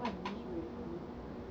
what dish would it be